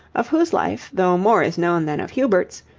of whose life, though more is known than of hubert's,